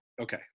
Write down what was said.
okay